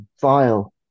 vile